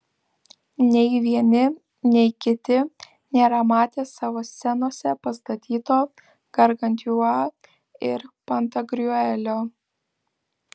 nei vieni nei kiti nėra matę savo scenose pastatyto gargantiua ir pantagriuelio